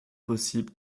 possible